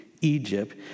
Egypt